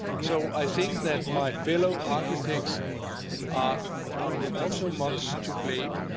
so i think that my fellow architects are um um also much to blame,